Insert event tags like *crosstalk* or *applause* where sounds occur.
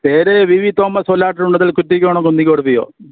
പേര് V V Thomas *unintelligible* Kuttikonam Konnikode P O